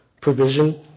provision